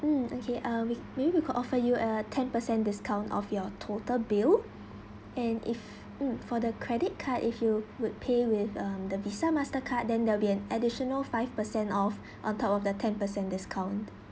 mm okay uh we maybe we could offer you a ten percent discount off your total bill and if mm for the credit card if you would pay with um the VISA Mastercard then there will be an additional five percent off on top of the ten percent discount